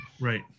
Right